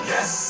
Yes